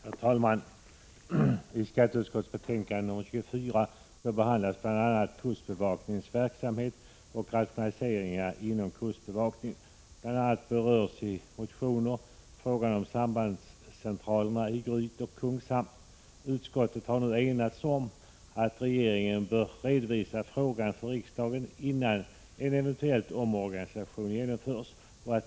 Herr talman! I skatteutskottets betänkande nr 24 behandlas bl.a. kustbevakningens verksamhet och rationaliseringar inom kustbevakningen. Bl. a. berörs i motioner sambandscentralerna i Gryt och Kungshamn. Utskottet har enats om att föreslå riksdagen att ge regeringen till känna att regeringen bör redovisa frågan för riksdagen innan en eventuell omorganisation genomförs.